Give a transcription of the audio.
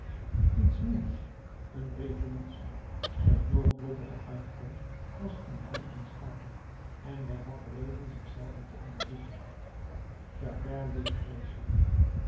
iets nieuws een revolutie een noodlottige uitkomst was in hem ontstaan en hij had reden zich zelven te onderzoeken javert leed vreeselijk